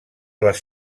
les